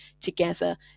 together